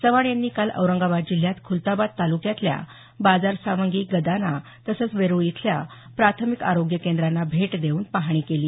चव्हाण यांनी काल औरंगाबाद जिल्ह्यात ख्रलताबाद तालुक्यातल्या बाजार सावंगी गदाना तसंच वेरूळ इथल्या प्राथमिक आरोग्य केंद्रांना भेट देऊन पाहणी केली